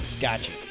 Gotcha